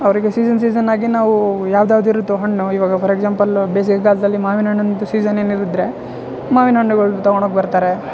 ಅವರಿಗೆ season season ಆಗಿ ನಾವು ಯಾವ್ದು ಯಾವ್ದು ಇರುತ್ತೋ ಹಣ್ಣು ಇವಾಗ ಫಾರ್ ಎಕ್ಸಾಂಪಲ್ ಬೇಸಿಗೆಗಾಲ್ದಲ್ಲಿ ಮಾವಿನ ಹಣ್ಣಿನ್ದು ಸೀಸನ್ ಏನಾದರು ಇದ್ದರೆ ಮಾವಿನ ಹಣ್ಣುಗಳನ್ನ ತಗೊಂಡು ಹೋಗಿ ಬರ್ತಾರೆ